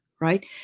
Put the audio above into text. right